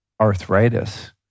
arthritis